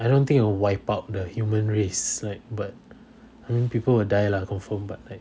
I don't think it would wipe out the human race like but I mean people will die lah confirm but like